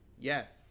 Yes